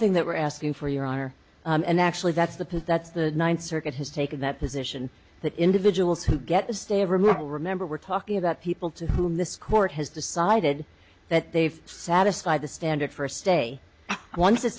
thing that we're asking for your honor and actually that's the put that's the ninth circuit has taken that position that individuals who get a stay of removal remember we're talking about people to whom this court has decided that they've satisfied the standard for a stay once it's